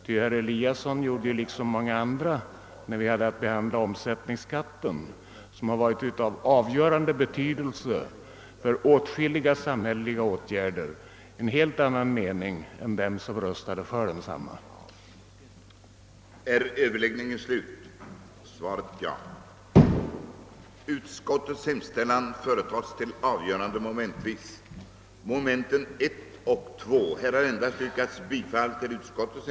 Herr Eliasson hade nämligen, liksom många andra, när vi hade att behandla omsättningsskatten — som varit av avgörande betydelse för åtskilliga samhälleliga åtgärder — en helt annan mening än de hade som röstade för införandet av densamma.